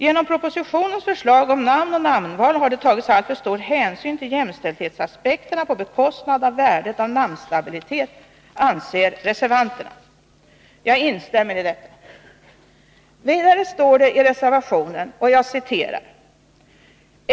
Genom propositionens förslag om namn och namnval har det tagits alltför stor hänsyn till jämställdhetsaspekterna på bekostnad av värdet av namnstabilitet, anser reservanterna. Jag instämmer helt.